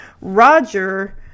Roger